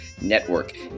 Network